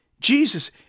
Jesus